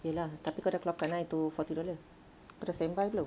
ye lah tapi kau dah keluar kan tu forty dollar dah standby ke belum